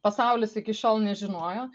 pasaulis iki šiol nežinojo